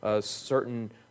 certain